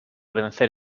vencer